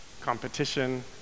competition